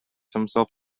himself